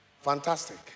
Fantastic